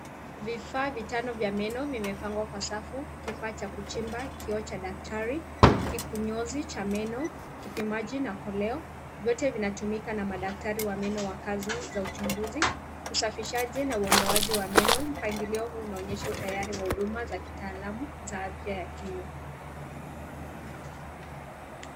Vifaa vitano vya meno vimepangwa imepangwa kwa safu kifaa cha kuchimba kioo cha daktari kikunyozi cha meno kipimaji na koleo vyote vinatumika na madaktari wa meno wa kazi cha uchunguzi usafishaji na uondoaji wa meno, mpangilio huu unaonyesha utayari wa huduma za kitalaamu za afya ya kinywa.